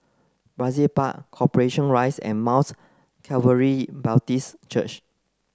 Brizay Park Corporation Rise and Mount Calvary Baptist Church